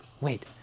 Wait